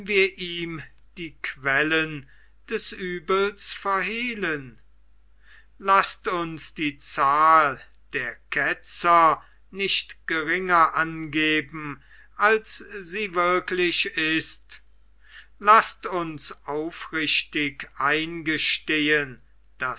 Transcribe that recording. wir ihm die quellen des uebels verhehlen laßt uns die zahl der ketzer nicht geringer angeben als sie wirklich ist laßt uns aufrichtig eingehen